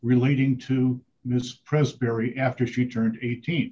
relating to mrs presbyterian after she turned eighteen